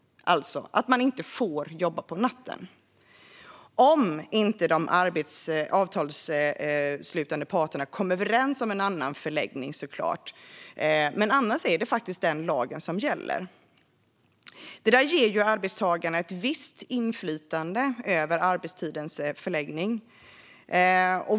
Man får alltså inte jobba på natten, om inte de avtalsslutande parterna kommer överens om en annan förläggning, såklart. Men annars är det faktiskt den lagen som gäller. Detta ger arbetstagarna ett visst inflytande över arbetstidens förläggning.